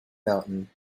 mountain